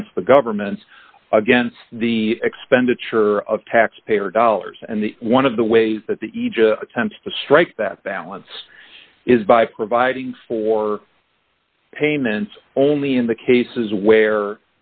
against the government against the expenditure of taxpayer dollars and the one of the ways that the ija attempts to strike that balance is by providing for payments only in the cases where